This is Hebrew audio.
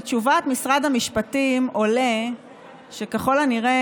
מתשובת משרד המשפטים עולה שככל הנראה